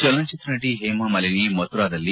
ಚಲನಚಿತ್ರನಟ Hema Malini ಮಥುರದಲ್ಲಿ